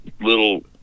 little